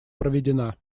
проведена